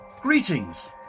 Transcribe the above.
Greetings